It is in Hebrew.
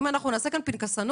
אם אנחנו נעשה פנקסנות,